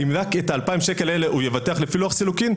אם רק את ה-2,000 שקלים האלה הוא יבטח לפי לוח סילוקין,